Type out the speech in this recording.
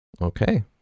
okay